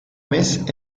mes